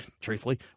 truthfully